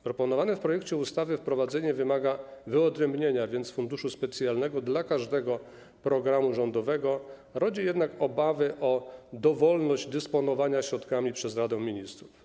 Proponowane w projekcie ustawy wprowadzenie wymaga wyodrębnienia funduszu specjalnego dla każdego programu rządowego, rodzi jednak obawy o dowolność dysponowania środkami przez Radę Ministrów.